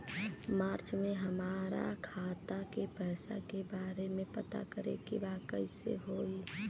मार्च में हमरा खाता के पैसा के बारे में पता करे के बा कइसे होई?